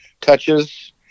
touches